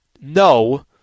No